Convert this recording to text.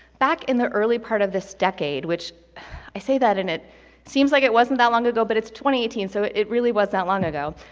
back in the early part of this decade, which i say that and it seems like it wasn't that long ago, but it's two eighteen, so it it really was that long ago.